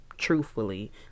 truthfully